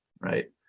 right